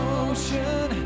ocean